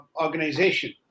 organization